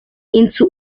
into